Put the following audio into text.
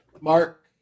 Mark